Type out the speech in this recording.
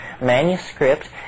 manuscript